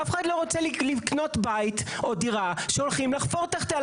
אף אחד לא רוצה לקנות בית או דירה שהולכים לחפור תחתיה.